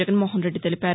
జగన్మోహన్ రెడ్డి తెలిపారు